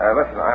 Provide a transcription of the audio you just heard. Listen